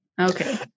Okay